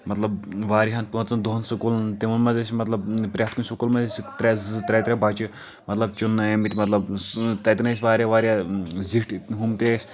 مطلب واریاہن پانٛژَن دَہَن سٔکوٗلَن تِمو منٛز ٲسۍ مطلب پرٮ۪تھ کُنِہ سٔکوٗل منٛز ٲسِکھ ترےٚ زٕ ترےٚ ترےٚ بَچہِ مطلب چُننہٕ آمٕتۍ مطلب تَتٮ۪ن ٲسۍ واریاہ واریاہ زِٹھۍ ہُم تہِ ٲسۍ